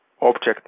object